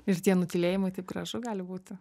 ir tie nutylėjimai taip gražu gali būti